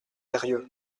eyrieux